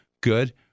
good